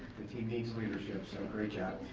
the team needs leadership so great job.